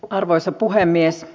arvoisa puhemies